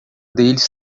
deles